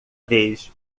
vez